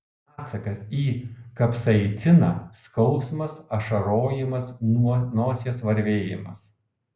kūno atsakas į kapsaiciną skausmas ašarojimas nosies varvėjimas